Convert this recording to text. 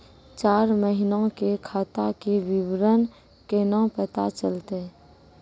चार महिना के खाता के विवरण केना पता चलतै?